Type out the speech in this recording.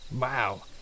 Wow